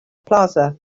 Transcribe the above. plaza